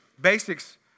Basics